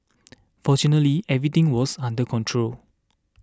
fortunately everything was under control